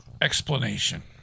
Explanation